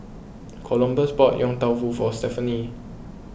Columbus bought Yong Tau Foo for Stephany